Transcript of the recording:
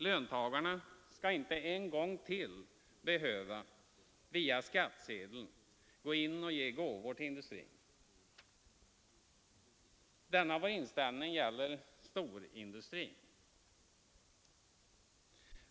Löntagarna skall inte en gång till, via skattsedeln, behöva ge gåvor till industrin. Denna vår hållning gäller storindustrin.